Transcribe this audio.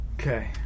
Okay